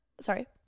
Sorry